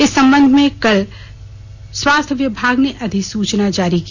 इस संबंध में कल स्वास्थ्य विभाग ने अधिसूचना जारी की